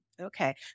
Okay